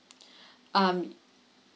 um